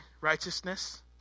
righteousness